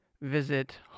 Visit